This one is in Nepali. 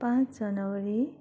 पाँच जनवरी